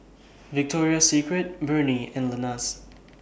Victoria Secret Burnie and Lenas